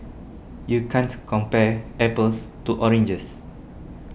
you can't compare apples to oranges